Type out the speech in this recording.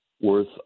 worth